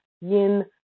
yin